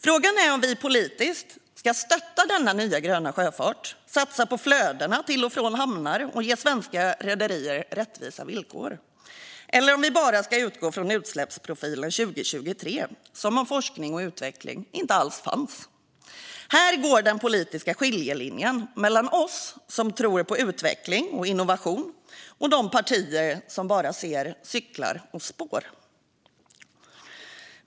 Frågan är om vi politiskt ska stötta denna nya gröna sjöfart, satsa på flödena till och från hamnar och ge svenska rederier rättvisa villkor eller om vi bara ska utgå från utsläppsprofilen 2023, som om forskning och utveckling inte alls fanns. Här går den politiska skiljelinjen mellan oss som tror på utveckling och innovation och de partier som bara ser cyklar och spår.